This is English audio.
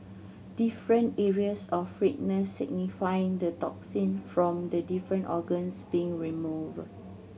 different areas of redness signify the toxin from the different organs being removed